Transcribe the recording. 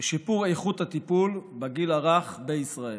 לשיפור איכות הטיפול בגיל הרך בישראל.